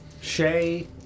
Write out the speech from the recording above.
Shay